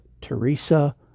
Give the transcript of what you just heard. Teresa